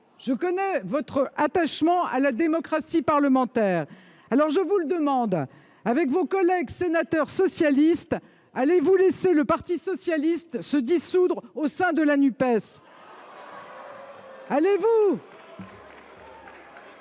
et votre attachement à la démocratie parlementaire. Aussi, je vous le demande, avec vos collègues sénateurs socialistes, allez vous laisser le parti socialiste se dissoudre au sein de la Nupes ? Allez vous,